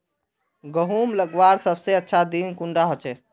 गहुम लगवार सबसे अच्छा दिन कुंडा होचे?